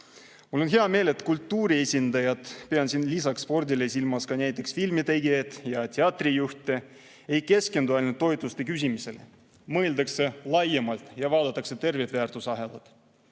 on hea meel, et kultuuriesindajad, pean siin lisaks spordile silmas ka näiteks filmitegijaid ja teatrijuhte, ei keskendu mitte ainult toetuste küsimisele, vaid mõtlevad laiemalt ja vaatavad tervet väärtusahelat.